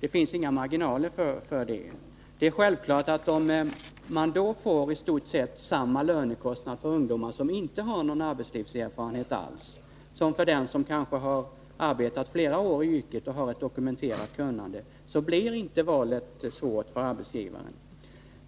Det finns inga marginaler för det. Det är självklart att om man får i stort sett samma lönekostnad för ungdomar som inte har någon arbetslivserfarenhet alls som för den som kanske har arbetat flera år i yrket och har ett dokumenterat kunnande, då blir inte valet svårt för arbetsgivaren.